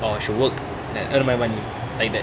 or should work and earn my money like that